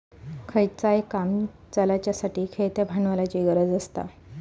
खयचाय काम चलाच्यासाठी खेळत्या भांडवलाची गरज आसता